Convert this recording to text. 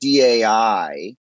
DAI